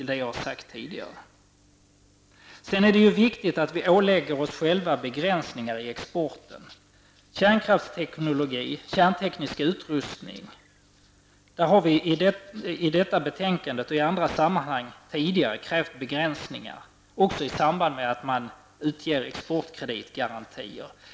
Det är också viktigt att vi ålägger oss själva begränsningar i exporten av exempelvis kärnteknologi och kärnteknisk utrustning. Vi har i detta betänkande och i andra sammanhang krävt sådana begränsningar i samband med att man ger exportkreditgarantier.